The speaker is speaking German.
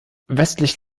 westlich